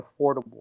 affordable